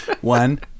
One